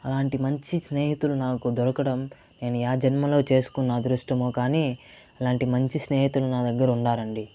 అలాంటి మంచి స్నేహితులు నాకు దొరకడం నేను యా జన్మలో చేసుకున్న అదృష్టమో కానీ ఇలాంటి మంచి స్నేహితులు నా దగ్గర ఉండారండి